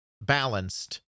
balanced